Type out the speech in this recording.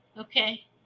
Okay